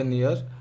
years